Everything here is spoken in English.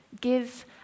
Give